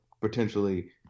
potentially